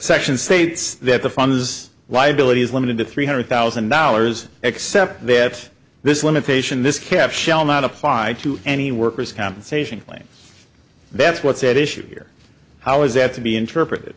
section states that the funds liability is limited to three hundred thousand dollars except that this limitation this cap shall not apply to any workers compensation claims that's what's at issue here how is that to be interpreted